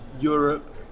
Europe